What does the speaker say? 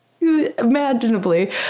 imaginably